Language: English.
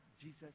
Jesus